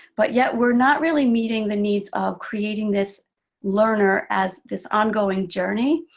but yet we're not really meeting the needs of creating this learner as this ongoing journey.